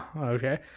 okay